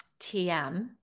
TM